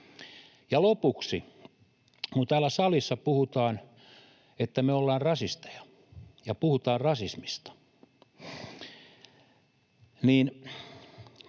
Ja lopuksi, kun täällä salissa puhutaan, että me ollaan rasisteja ja puhutaan rasismista, niin